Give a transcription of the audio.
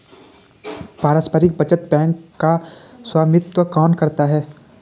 पारस्परिक बचत बैंक का स्वामित्व कौन करता है?